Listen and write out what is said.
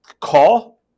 call